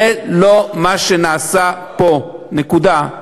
זה לא מה שנעשה פה, נקודה.